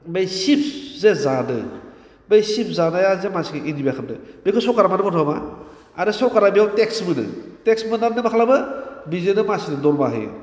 बे सिप्स जे जादों बे सिप्स जानाया जे मानसिखौ एनिमिया खालामदों बेखौ सरखारा मानो बन्द' खालामा आरो सरखारा बेयाव टेक्स मोनो टेक्स मोन्नानैनो मा खालामो बिजोंनो मानसिनो दरमाहा होयो